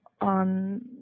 on